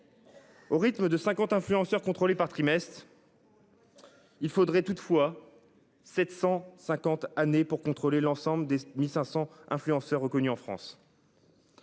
Au rythme de 50 influenceurs contrôlée par trimestre. Il faudrait toutefois 750 années pour contrôler l'ensemble des 1500 influenceurs reconnu en France.